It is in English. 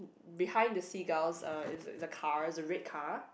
behind the seagulls uh is a is a car is a red car